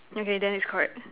okay then it's correct